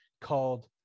called